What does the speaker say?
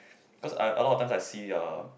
cause I a lot of times I see uh